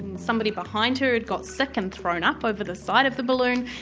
somebody behind her had got sick and thrown up over the side of the balloon,